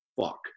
fuck